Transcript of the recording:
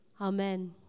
amen